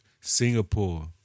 Singapore